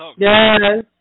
Yes